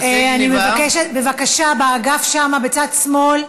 מעשה גנבה, אני מבקשת, בבקשה, באגף בצד שמאל,